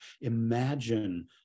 imagine